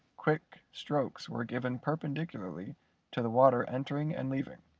quick strokes were given perpendicularly to the water entering and leaving.